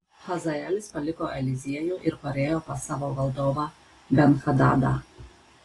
hazaelis paliko eliziejų ir parėjo pas savo valdovą ben hadadą